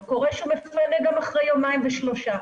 קורה שהוא גם מפנה אחרי יומיים ושלושה,